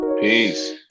Peace